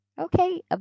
Okay